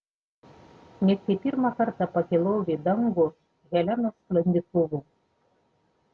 net kai pirmą kartą pakilau į dangų helenos sklandytuvu